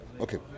okay